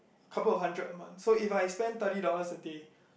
couple of hundred a month so if I spend thirty dollars a day